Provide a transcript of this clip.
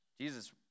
Jesus